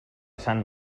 sant